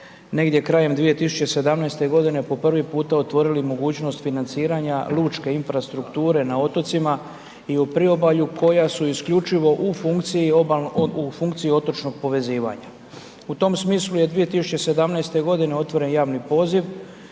negdje krajem 2017. g. po prvi puta otvorili mogućnost financiranja lučke infrastrukture na otocima i u priobalju koja su isključivo u funkciji otočnog povezivanja. U tom smislu je 2017. g. otvoren javni poziv